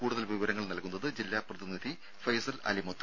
കൂടുതൽ വിവരങ്ങൾ നൽകുന്നത് ജില്ലാ പ്രതിനിധി ഫൈസൽ അലിമുത്ത്